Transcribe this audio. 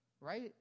right